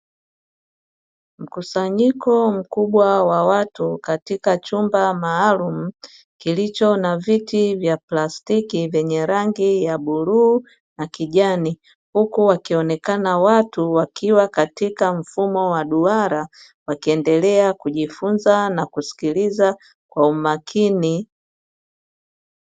Mkusanyiko mkubwa wa watu katika chumba maalumu kilicho na viti vya plastiki vyenye rangi ya bluu na kijani, huku wakionekana watu wakiwa katika mfumo wa duara, wakiendelea kujifunza na kusikiliza kwa umakini.